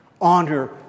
Honor